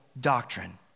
doctrine